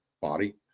body